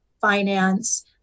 finance